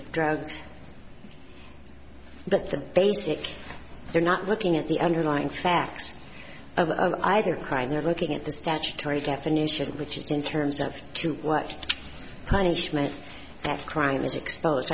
of drugs but the basic they're not looking at the underlying facts of either crime they're looking at the statutory definition which is in terms of to what punishment that crime is expose